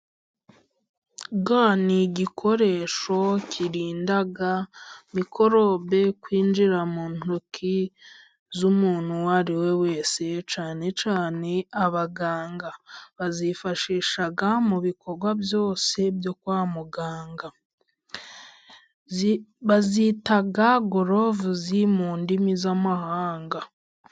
Ga ni igikoresho kirinda mikorobe kwinjira mu ntoki z'umuntu uwo ari we wese cyane cyane abaganga. Bazifashisha mu bikorwa byose byo kwa muganga, bazita golovuzi mu ndimi z'amahanga.